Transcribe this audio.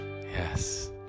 Yes